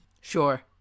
Sure